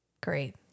Great